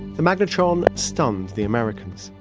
the magnetron stunned the americans.